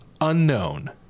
unknown